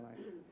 lives